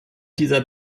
dieser